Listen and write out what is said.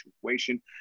situation